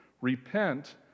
Repent